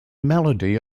melody